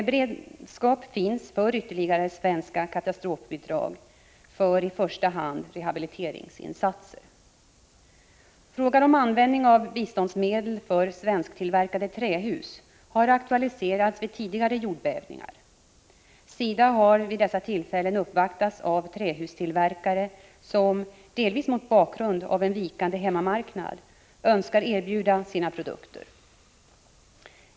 Beredskap finns för ytterligare svenska katastrofbidrag för i första hand rehabiliteringsinsatser. Frågan om användning av biståndsmedel för svensktillverkade trähus har aktualiserats vid tidigare jordbävningar. SIDA har vid dessa tillfällen uppvaktats av trähustillverkare som — delvis mot bakgrund av en vikande hemmamarknad — önskar erbjuda sina produkter.